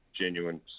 genuine